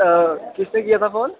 किसने किया था फोन